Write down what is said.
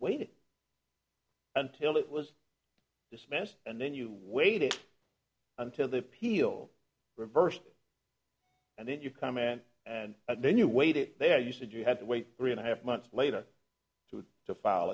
waited until it was dismissed and then you waited until the appeal reversed and then you come in and then you waited there you said you had to wait three and a half months later to